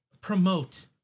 promote